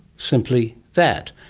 simply that,